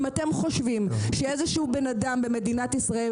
אם אתם חושבים שאיזשהו בן אדם במדינת ישראל,